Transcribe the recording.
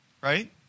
Right